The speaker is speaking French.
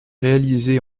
réalisé